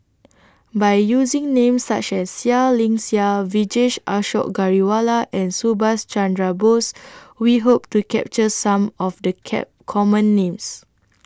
By using Names such as Seah Liang Seah Vijesh Ashok Ghariwala and Subhas Chandra Bose We Hope to capture Some of The Cap Common Names